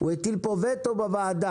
הוא הטיל פה וטו בוועדה.